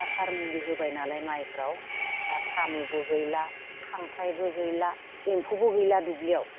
हासार मुलि होबाय नालाय माइफोराव दा साम'बो गैला खांख्राइबो गैला एम्फौबो गैला दुब्लियाव